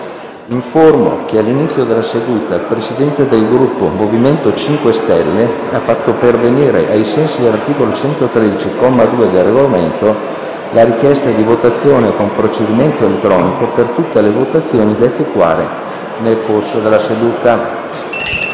che all'inizio della seduta il Presidente del Gruppo MoVimento 5 Stelle ha fatto pervenire, ai sensi dell'articolo 113, comma 2, del Regolamento, la richiesta di votazione con procedimento elettronico per tutte le votazioni da effettuare nel corso della seduta.